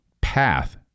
path